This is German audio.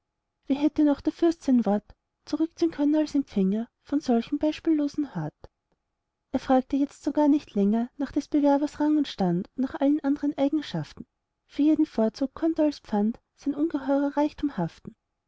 wie hätte noch der fürst sein wort zurückziehn können als empfänger von solchem beispiellosen hort er fragte jetzt sogar nicht länger nach des bewerbers rang und stand und allen andern eigenschaften für jeden vorzug konnt als pfand sein ungeheurer reichtum haften